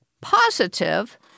positive